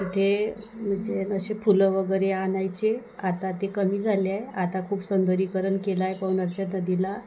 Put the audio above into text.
तिथे म्हणजे असे फुलं वगैरे आणायचे आता ते कमी झाले आहे आता खूप सौंदर्यीकरण केलं आहे पवनारच्या नदीला